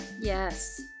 Yes